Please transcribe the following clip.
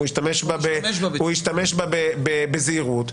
הוא ישתמש בה בזהירות.